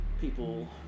people